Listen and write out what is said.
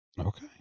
Okay